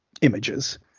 images